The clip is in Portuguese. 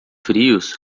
frios